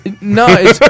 No